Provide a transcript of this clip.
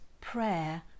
prayer